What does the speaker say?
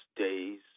days